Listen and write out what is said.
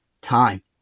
time